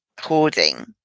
hoarding